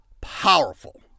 powerful